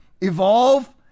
evolve